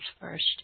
first